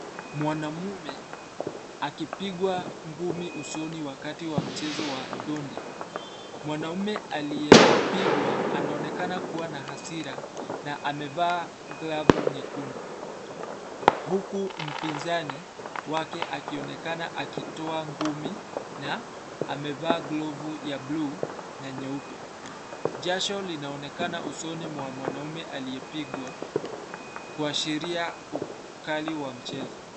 Mwanaume ,akipigwa ngumi usoni wakati wa mchezo wa dondi. Mwanaume aliyepigwa anaonekana kuwa na hasira na amevaa glavu nyekundu, huku mpinzani wake akionekana akitoa ngumi na amevaa glovu ya buluu na nyeupe. Jasho linaonekana usoni mwa mwanaume anayepigwa kuashiria ukali wa mchezo.